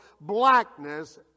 blackness